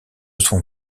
son